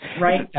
right